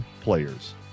players